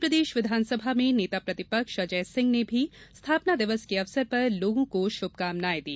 मध्यप्रदेश विधानसभा में नेता प्रतिपक्ष अजय सिंह ने भी स्थापना दिवस के अवसर पर लोगों को शुभकामनाएं दी